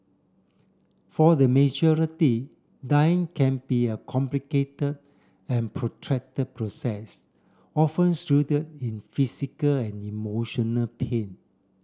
for the majority dying can be a complicated and protracted process often shrouded in physical and emotional pain